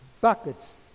buckets